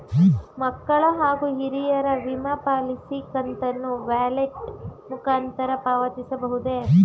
ಮಕ್ಕಳ ಹಾಗೂ ಹಿರಿಯರ ವಿಮಾ ಪಾಲಿಸಿ ಕಂತನ್ನು ವ್ಯಾಲೆಟ್ ಮುಖಾಂತರ ಪಾವತಿಸಬಹುದೇ?